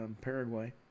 Paraguay